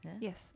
yes